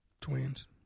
twins